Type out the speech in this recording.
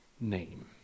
name